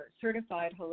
certified